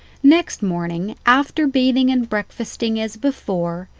next morning, after bathing and breakfasting as before,